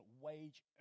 wage